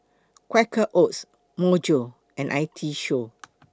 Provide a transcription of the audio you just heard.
Quaker Oats Myojo and I T Show